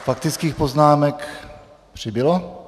Faktických poznámek přibylo.